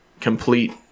complete